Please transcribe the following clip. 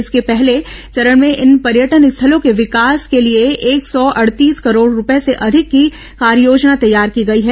इसके पहले चरण में इन पर्यटन स्थलों के विकास के लिए एक सौ सौंतीस करोड़ रूपये से अधिक की कार्ययोजना तैयार की गई है